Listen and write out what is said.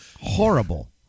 horrible